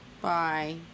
Bye